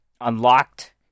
unlocked